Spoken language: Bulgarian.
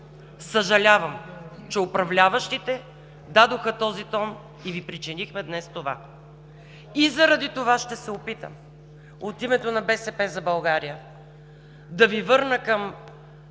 Съжалявам, че управляващите дадоха този тон и Ви причинихме днес това! И заради това ще се опитам от името на „БСП за България“ да Ви върна към